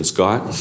Scott